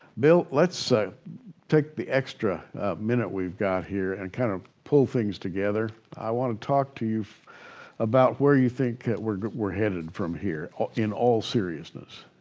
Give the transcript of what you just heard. bill, let's so take the extra minute we've got here and kind of pull things together. i want ot talk to you about where you think we're we're headed from here in all seriousness.